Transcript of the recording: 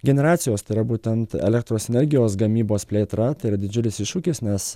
generacijos tai yra būtent elektros energijos gamybos plėtra tai yra didžiulis iššūkis nes